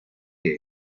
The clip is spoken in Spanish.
que